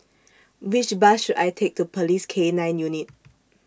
Which Bus should I Take to Police K nine Unit